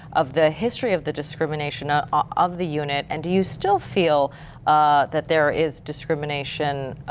of the history of the discrimination ah ah of the unit and do you still feel that there is discrimination